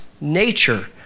nature